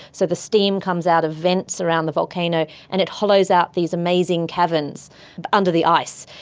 so the steam comes out of vents around the volcano and it hollows out these amazing caverns but under the ice.